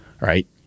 Right